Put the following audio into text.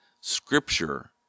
scripture